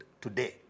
today